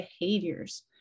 behaviors